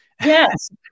Yes